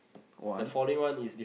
one